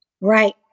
Right